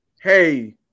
Hey